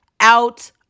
out